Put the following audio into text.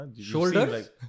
Shoulders